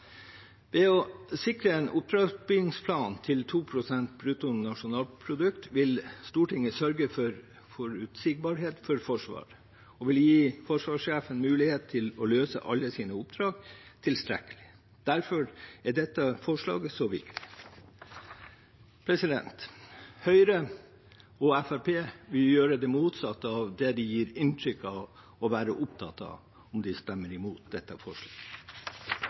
Ved å sikre en opptrappingsplan til 2 pst. av brutto nasjonalprodukt vil Stortinget sørge for forutsigbarhet for Forsvaret og gi forsvarssjefen mulighet til å løse alle sine oppdrag tilstrekkelig. Derfor er dette forslaget så viktig. Høyre og Fremskrittspartiet vil gjøre det motsatte av det de gir inntrykk av å være opptatt av, om de stemmer imot dette forslaget.